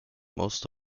most